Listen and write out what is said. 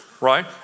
Right